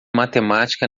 matemática